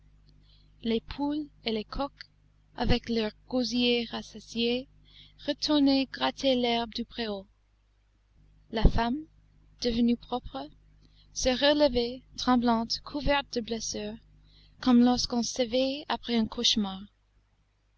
les poules et les coqs avec leur gosier rassasié retournaient gratter l'herbe du préau la femme devenue propre se relevait tremblante couverte de blessures comme lorsqu'on s'éveille après un cauchemar